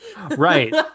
right